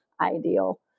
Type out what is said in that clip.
ideal